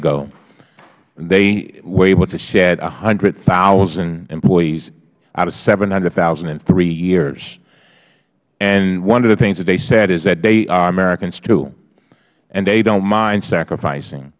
ago they were able to shed one hundred thousand employees out of seven hundred zero in three years and one of the things that they said is that they are americans too and they dont mind sacrificing